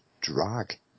Drag